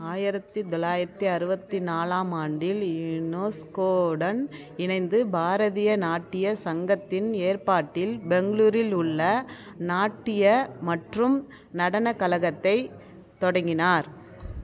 ஆயிரத்தி தொள்ளாயரத்தி அறுபத்தி நாலாம் ஆண்டில் யுனோஸ்கோவுடன் இணைந்து பாரதிய நாட்டிய சங்கத்தின் ஏற்பாட்டில் பெங்களூரில் உள்ள நாட்டிய மற்றும் நடனக் கழகத்தை தொடங்கினார்